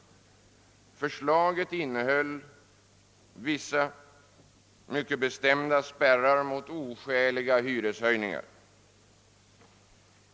Det förslaget innehöll vissa mycket bestämda spärrar mot oskäliga hyreshöjningar.